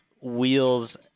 wheels